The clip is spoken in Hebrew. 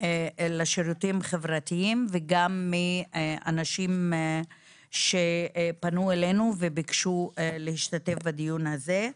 לשירותים חברתיים וגם מאנשים שפנו אלינו וביקשו להשתתף בדיון הזה.